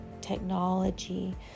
technology